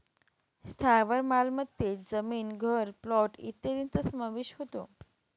स्थावर मालमत्तेत जमीन, घर, प्लॉट इत्यादींचा समावेश होतो